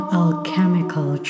alchemical